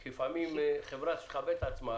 לפעמים, חברה שמכבדת את עצמה